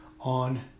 on